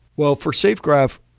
well, for safegraph,